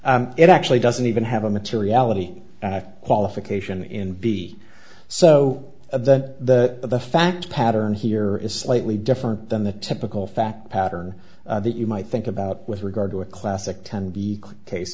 and it actually doesn't even have a materiality qualification in b so of that the fact pattern here is slightly different than the typical fact pattern that you might think about with regard to a classic ten b case